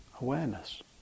awareness